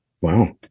Wow